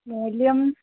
मूल्यम्